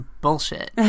bullshit